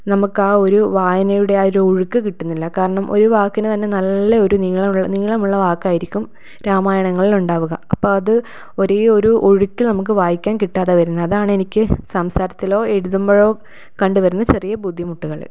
നമുക്ക് ആ ആ ഒരു വായനയുടെ ആ ഒരു ഒഴുക്ക് കിട്ടുന്നില്ല കാരണം ഒരു വാക്കിന് തന്നെ നല്ല ഒരു നീളമുള്ള നീളമുള്ള വാക്കായിരിക്കും രാമായണങ്ങളിൽ ഉണ്ടാവുക അപ്പം അത് ഒരേയൊരു ഒഴുക്കിൽ നമുക്ക് വായിക്കാൻ കിട്ടാതെ വരുന്ന അതാണ് എനിക്ക് സംസാരത്തിലോ എഴുതുമ്പോഴോ കണ്ടുവരുന്ന ചെറിയ ബുദ്ധിമുട്ടുകൾ